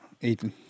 Ethan